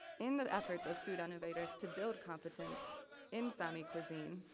in the efforts of food innovators to build competence in sami cuisine,